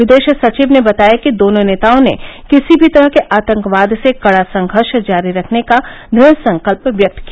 विदेश सचिव ने बताया कि दोनों नेताओं ने किसी भी तरह के आतंकवाद से कड़ा संघर्ष जारी रखने का दृढ़ संकल्प व्यक्त किया